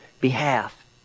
behalf